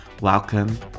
Welcome